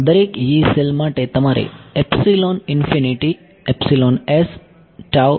દરેક Yee cell માટે તમારે સ્ટોર કરવું પડશે